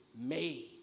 made